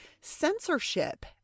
censorship